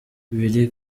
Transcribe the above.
willy